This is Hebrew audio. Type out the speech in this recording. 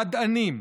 מדענים,